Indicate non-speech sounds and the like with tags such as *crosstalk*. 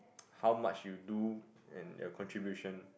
*noise* how much you do and the contribution